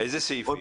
לאיזה סעיפים?